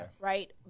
right